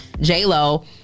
J-Lo